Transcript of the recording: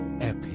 epic